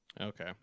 okay